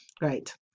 Right